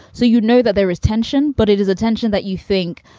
so, you know that there is tension, but it is a tension that you think,